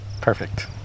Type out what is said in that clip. Perfect